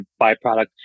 byproduct